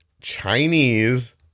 Chinese